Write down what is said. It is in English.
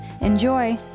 Enjoy